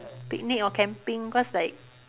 picnic or camping cause like